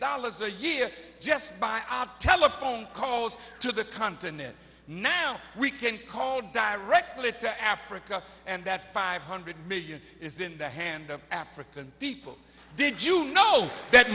dollars a year just by our telephone calls to the continent now we can call directly to africa and that five hundred million is in the hands of african people did you know that